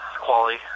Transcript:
Quality